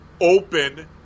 open